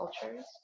cultures